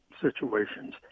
situations